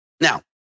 Now